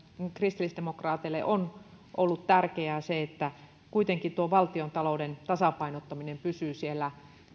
kun kristillisdemokraateille on ollut tärkeää se että kuitenkin tuo valtiontalouden tasapainottaminen pysyy siellä